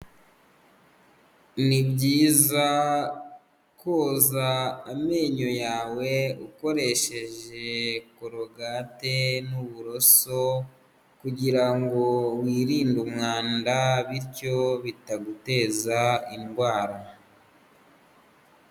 Ni byiza koza amenyo yawe ukoresheje korogate n'uburoso kugira ngo wirinde umwanda, bityo bitaguteza indwara.